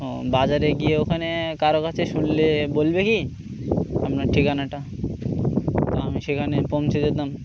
ও বাজারে গিয়ে ওখানে কারো কাছে শুনলে বলবে কি আপনার ঠিকানাটা তা আমি সেখানে পৌঁছে যেতাম